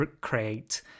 create